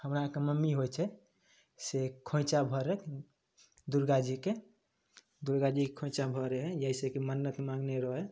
हमरा अहाँके मम्मी होइ छै से खोँइछा भरैत दुरगाजीके दुरगाजीके दुरगाजीके खोँइछा भरै हइ जइसेकि मन्नत माँगने रहै हइ